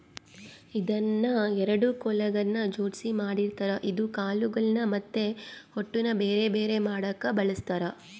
ಇದನ್ನ ಎರಡು ಕೊಲುಗಳ್ನ ಜೊಡ್ಸಿ ಮಾಡಿರ್ತಾರ ಇದು ಕಾಳುಗಳ್ನ ಮತ್ತೆ ಹೊಟ್ಟುನ ಬೆರೆ ಬೆರೆ ಮಾಡಕ ಬಳಸ್ತಾರ